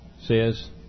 says